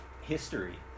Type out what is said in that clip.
History